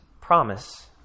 promise